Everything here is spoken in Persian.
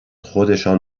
خودشان